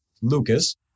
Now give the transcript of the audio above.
Lucas